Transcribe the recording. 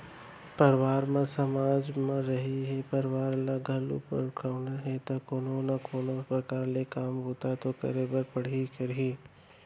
परवार म समाज म रहिना हे परवार ल आघू बड़हाना हे ता कोनो ना कोनो परकार ले काम बूता तो करे बर पड़बे करही